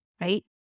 Right